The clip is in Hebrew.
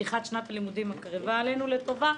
פתיחת שנת הלימודים הקרבה עלינו לטובה,